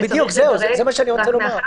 זה מה שאני רוצה לומר,